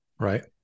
right